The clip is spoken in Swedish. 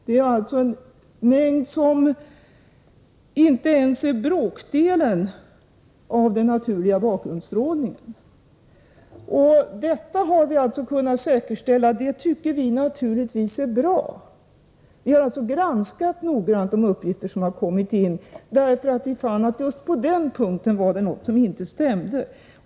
Det är en mängd som inte ens är bråkdelen av den naturliga bakgrundsstrålningen. Detta har vi alltså kunnat säkerställa, och det tycker vi naturligtvis är bra. Vi har alltså noggrant granskat de uppgifter som kom in, därför att vi fann att det just på den punkten var något som inte stämde.